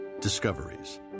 Discoveries